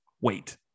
Wait